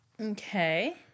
Okay